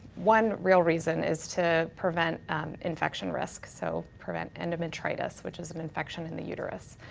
one real reason is to prevent infection risk. so prevent endometritis which is an infection in the uterus.